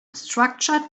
structure